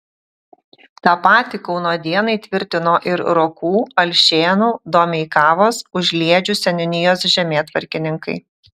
tą patį kauno dienai tvirtino ir rokų alšėnų domeikavos užliedžių seniūnijos žemėtvarkininkai